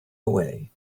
away